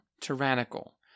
tyrannical